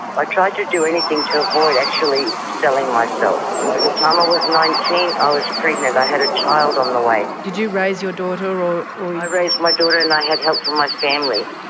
tried to do anything to avoid actually selling myself. by the time i was nineteen i was pregnant, i had a child on the way. did you raise your daughter ah or? i raised my daughter and i had help from my family.